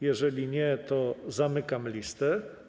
Jeżeli nie, zamykam listę.